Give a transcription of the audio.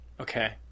Okay